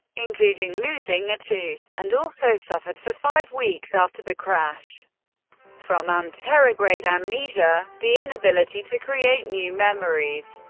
including losing a tooth, and also suffered for five weeks after the crash from anterograde amnesia, the inability to create new memories.